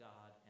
God